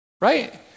Right